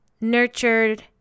nurtured